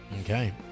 Okay